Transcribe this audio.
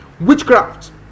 witchcraft